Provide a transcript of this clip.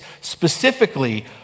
specifically